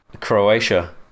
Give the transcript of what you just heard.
Croatia